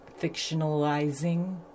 fictionalizing